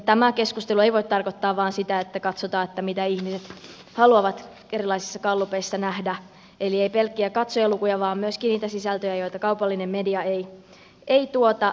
tämä keskustelu ei voi tarkoittaa vain sitä että katsotaan mitä ihmiset haluavat erilaisissa gallupeissa nähdä eli ei pelkkiä katsojalukuja vaan myöskin niitä sisältöjä joita kaupallinen media ei tuota